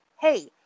hey